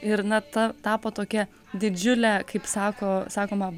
ir na ta tapo tokia didžiulė kaip sako sakoma